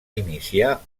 iniciar